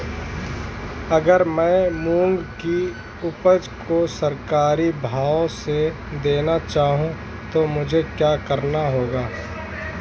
अगर मैं मूंग की उपज को सरकारी भाव से देना चाहूँ तो मुझे क्या करना होगा?